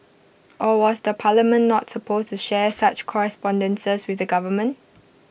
or was the parliament not supposed to share such correspondences with the government